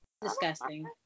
Disgusting